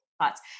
Thoughts